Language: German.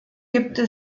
gibt